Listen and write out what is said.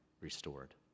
restored